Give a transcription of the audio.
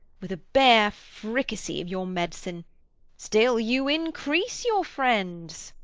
with a bare fricace of your med'cine still you increase your friends.